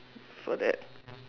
for that